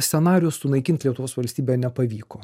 scenarijus sunaikint lietuvos valstybę nepavyko